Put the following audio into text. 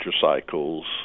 cycles